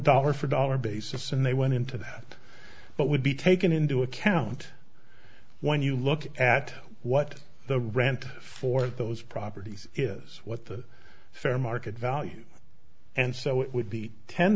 dollar for dollar basis and they went into that but would be taken into account when you look at what the rent for those properties is what the fair market value and so it would be ten